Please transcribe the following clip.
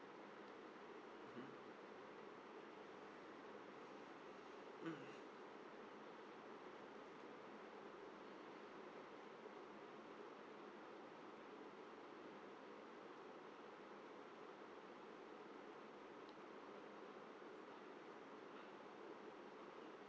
hmm mmhmm